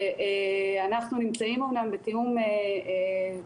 ואנחנו נמצאים אומנם בתיאום קבוע,